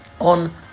on